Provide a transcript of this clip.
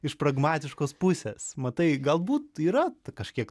iš pragmatiškos pusės matai galbūt yra kažkiek